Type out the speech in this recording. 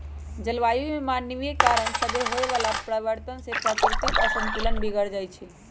जलवायु में मानवीय कारण सभसे होए वला परिवर्तन से प्राकृतिक असंतुलन बिगर जाइ छइ